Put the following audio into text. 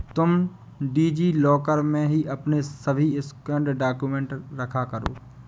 तुम DigiLocker में ही अपने सभी स्कैंड डाक्यूमेंट रखा करो